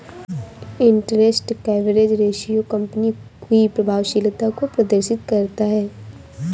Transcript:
interest coverage ratio company की प्रभावशीलता को प्रदर्शित करता है